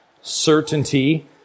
certainty